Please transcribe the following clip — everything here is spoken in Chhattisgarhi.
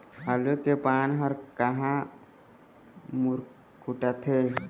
आलू के पान हर काहे गुरमुटाथे?